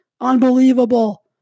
unbelievable